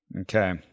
Okay